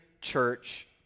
church